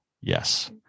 Yes